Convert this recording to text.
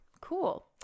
Cool